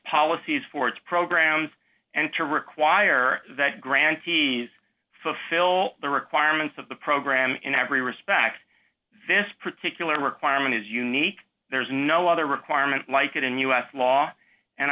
policies for its programs and to require that grantees fulfill the requirements of the program in every respect this particular requirement is unique there's no other requirement like it in u s law and